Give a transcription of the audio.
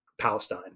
Palestine